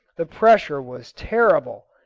the pressure was terrible,